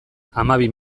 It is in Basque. hamabi